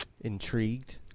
intrigued